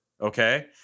Okay